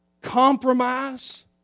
compromise